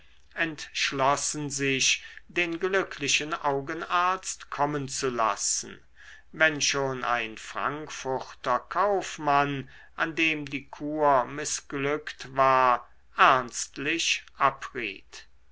entschlossen sich den glücklichen augenarzt kommen zu lassen wenn schon ein frankfurter kaufmann an dem die kur mißglückt war ernstlich abriet